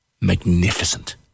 magnificent